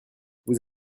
vous